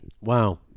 Wow